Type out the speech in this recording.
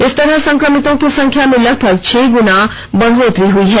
इस तरह संक्रमितों संख्या में लगभग छह गुना बढ़ोत्तरी हुई है